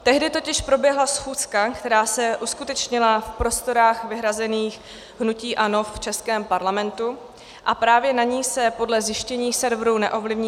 Tehdy totiž proběhla schůzka, která se uskutečnila v prostorách vyhrazených hnutí ANO v českém Parlamentu, a právě na ní se podle zjištění serveru neovlivní.